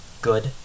Good